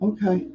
Okay